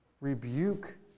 rebuke